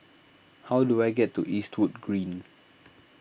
how do I get to Eastwood Green